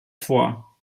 vor